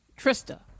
Trista